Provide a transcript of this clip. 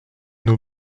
nous